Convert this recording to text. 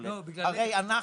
הרי,